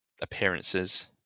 appearances